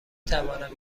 توانم